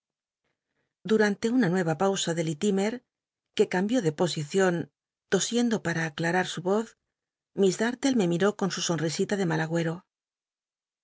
durante una nueva pausa de lillimer que cambió de posicion tosiendo para aclarar su oz miss darlle me miró con su sonrisita de mal agüero